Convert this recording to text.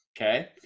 Okay